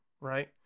right